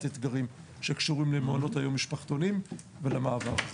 אתגרים שקשורים למעונות היום ולמשפחתונים ולמעבר הזה.